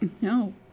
No